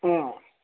অঁ